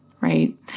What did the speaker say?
right